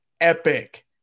epic